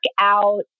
out